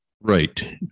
right